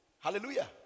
Hallelujah